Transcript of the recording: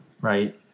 right